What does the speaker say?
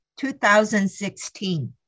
2016